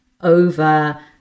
over